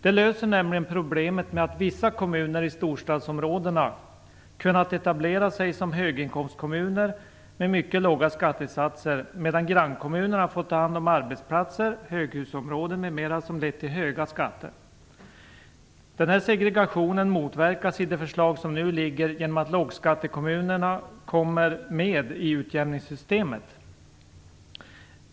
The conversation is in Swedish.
Det löser nämligen problemet med att vissa kommuner i storstadsområdena kunnat etablera sig som höginkomstkommuner med mycket låga skattesatser, medan grannkommunerna fått ta hand om arbetsplatser, höghusområden m.m. som lett till höga skatter. Denna segregation motverkas i det förslag som nu är framlagt genom att lågskattekommunerna kommer med i utjämningssystemet.